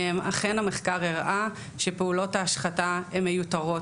אכן המחקר הראה שפעולות ההשחתה הן מיותרות,